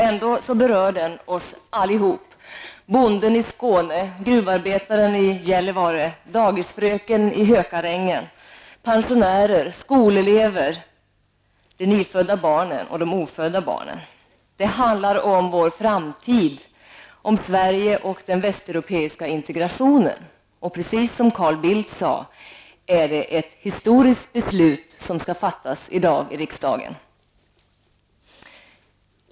Ändå berör den oss alla; bonden i Skåne, gruvarbetaren i Gällivare, dagisfröken i Hökarängen, pensionärer, skolelever, de nyfödda barnen och de ofödda barnen. Det handlar om vår framtid, om Sverige och den västeuropeiska integrationen. Precis som Carl Bildt sade är det ett historiskt beslut som skall fattas i dag i riksdagen.